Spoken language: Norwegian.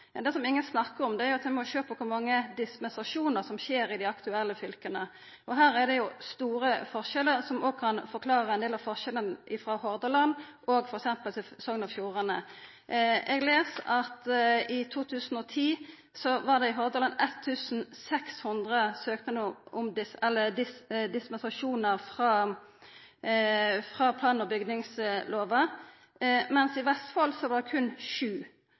det er mindre motsegner i Sogn og Fjordane enn i Hordaland. Men det ingen snakkar om, er jo at ein må sjå på kor mange dispensasjonar det er i dei aktuelle fylka. Her er det store forskjellar, noko som også kan forklara nokre av forskjellane mellom Hordaland og f.eks. Sogn og Fjordane. Eg las at i 2010 var det i Hordaland 1 600 dispensasjonar frå plan- og bygningslova, mens det i